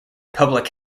public